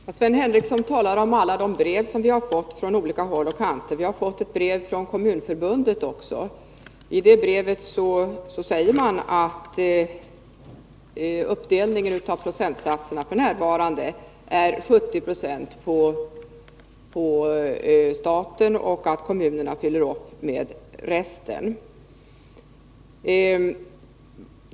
Herr talman! Sven Henricsson talade om alla brev som vi har fått från olika håll och kanter. Vi har också fått ett brev från Kommunförbundet, vari man säger att uppdelningen av kostnaderna f. n. i regel är den att staten står för 70 Jo medan kommunerna fyller på med resten.